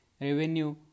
Revenue